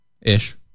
Ish